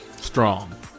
Strong